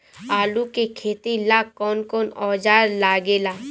आलू के खेती ला कौन कौन औजार लागे ला?